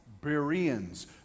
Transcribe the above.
Bereans